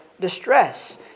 distress